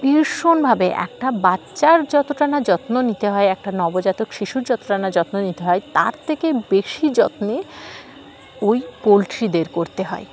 ভীষণভাবে একটা বাচ্চার যতটা না যত্ন নিতে হয় একটা নবজাতক শিশুর যতটা নাা যত্ন নিতে হয় তার থেকে বেশি যত্নে ওই পোলট্রিদের করতে হয়